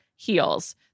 Heels